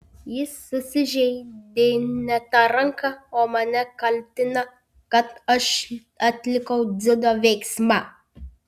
jis susižeidė ne tą ranką o mane kaltina kad aš atlikau dziudo veiksmą